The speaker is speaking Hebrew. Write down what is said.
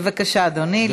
בבקשה, אדוני,